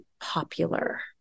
popular